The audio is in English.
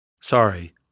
Sorry